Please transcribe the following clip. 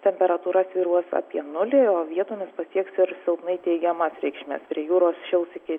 temperatūra svyruos apie nulį o vietomis pasieks ir silpnai teigiamas reikšmes prie jūros šils iki